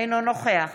אינו נוכח